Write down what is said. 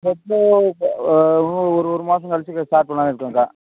எப்போது ஆ இன்னும் ஒரு ஒரு மாதம் கழித்து ஸ்டார்ட் பண்ணலானு இருக்கிறேக்கா